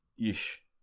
Ish